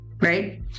right